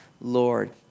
Lord